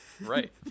right